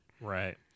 right